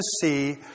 see